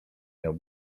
miał